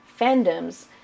fandoms